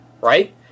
Right